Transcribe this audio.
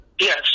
Yes